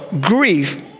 grief